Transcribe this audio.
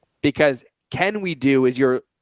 because can we do as you're.